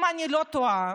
אם אני לא טועה,